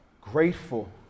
grateful